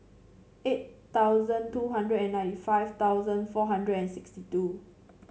eight thousand two hundred and ninety five thousand four hundred and sixty two